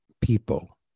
people